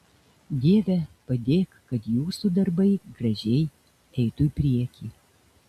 dieve padėk kad jūsų darbai gražiai eitų į priekį